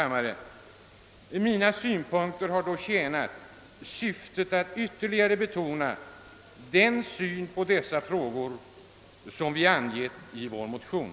Mina synpunkter har då tjänat syftet att ytterligare understryka den syn på dessa frågor som vi angett i vår motion.